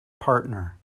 partner